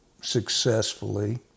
successfully